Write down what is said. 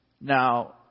Now